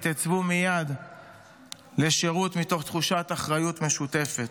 התייצבו מייד לשירות מתוך תחושת אחריות משותפת.